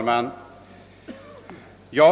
Herr talman!